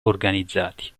organizzati